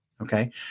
okay